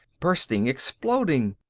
bursting, exploding.